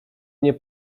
nie